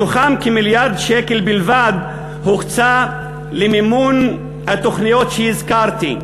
מתוכם כמיליארד שקל בלבד הוקצה למימון התוכניות שהזכרתי.